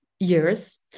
years